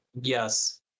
yes